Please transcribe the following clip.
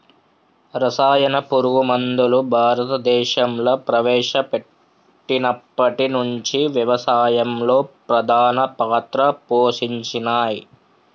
రసాయన పురుగు మందులు భారతదేశంలా ప్రవేశపెట్టినప్పటి నుంచి వ్యవసాయంలో ప్రధాన పాత్ర పోషించినయ్